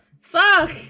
Fuck